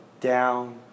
down